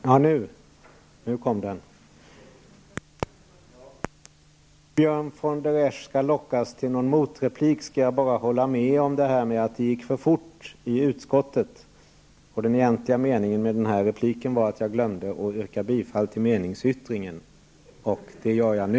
Herr talman! För att inte Björn von der Esch skall lockas till någon motreplik skall jag bara hålla med om att det gick för fort i utskottet. Den egentliga avsikten med min replik är att jag glömde att yrka bifall till meningsyttringen. Det gör jag nu.